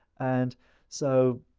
and so,